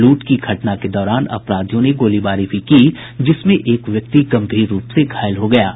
लूट की घटना के दौरान अपराधियों ने गोलीबारी भी की जिसमें एक व्यक्ति गंभीर रूप से घायल हो गया है